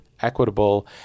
equitable